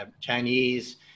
Chinese